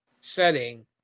setting